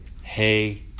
hey